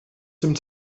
dem